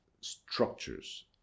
structures